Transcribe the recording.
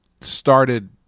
started